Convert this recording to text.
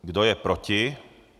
Kdo je proti?